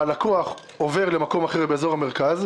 הלקוח עובר למקום אחר באזור המרכז,